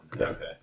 Okay